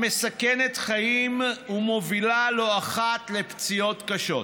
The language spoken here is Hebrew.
המסכנת חיים ומובילה לא אחת לפציעות קשות.